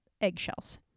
eggshells